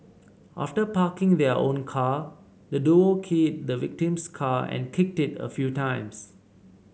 after parking their own car the duo keyed the victim's car and kicked it a few times